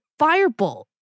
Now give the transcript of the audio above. firebolt